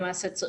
למעשה,